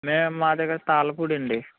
మేము మాదిక్కడ తాళ్ళపూడండి